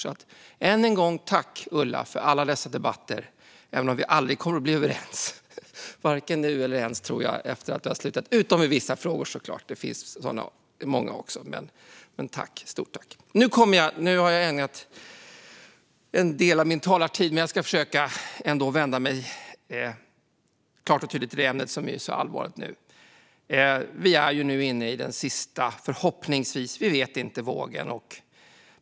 Så än en gång: Tack, Ulla, för alla dessa debatter, även om vi aldrig kommer att bli överens vare sig nu eller efter att du har slutat - utom i vissa frågor! Det finns såklart många sådana också. Stort tack! Nu har jag ägnat en del av min talartid åt detta, och jag ska försöka vända mig klart och tydligt till det ämne som är så allvarligt. Vi är nu förhoppningsvis inne i den sista vågen, men vi vet ju inte.